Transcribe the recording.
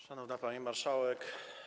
Szanowna Pani Marszałek!